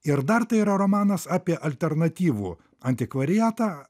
ir dar tai yra romanas apie alternatyvų antikvariatą